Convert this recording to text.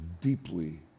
deeply